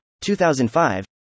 2005